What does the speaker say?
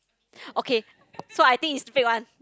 okay so I think is fake one